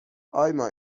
آیما